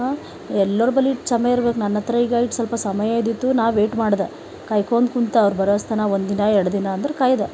ಎಲ್ಲರ ಬಳಿ ಚಮಯ್ ಇರಬೇಕು ನನ್ನ ಹತ್ರ ಈಗ ಇಷ್ಟು ಸ್ವಲ್ಪ ಸಮಯ ಇದ್ದಿತು ನಾ ವೇಟ್ ಮಾಡಿದ ಕಾಯ್ಕೊಂಡ್ ಕುಂತ ಅವ್ರು ಬರೋವಸ್ತನ ಒಂದು ದಿನ ಎರಡು ಅಂದರ ಕಾಯ್ದ